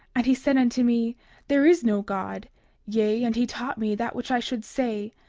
and he said unto me there is no god yea, and he taught me that which i should say.